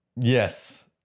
yes